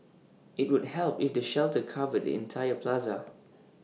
IT would help if the shelter covered the entire plaza